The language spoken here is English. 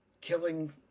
killing